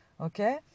okay